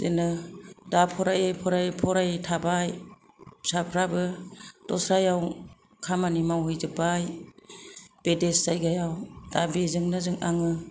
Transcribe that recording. बिदिनो दा फरायै फरायै फरायथाबाय फिसाफोराबो दस्रायाव खामानि मावहैजोबबाय बिदेस जायगायाव दा बेजोंनो आङो